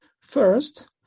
first